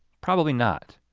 probably not.